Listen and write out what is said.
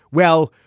well,